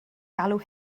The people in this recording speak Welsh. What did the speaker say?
galw